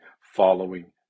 following